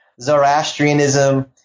Zoroastrianism